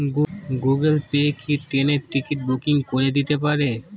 Google Pay কি ট্রেনের ticket booking করে দিতে পারে?